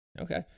okay